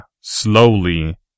slowly